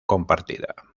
compartida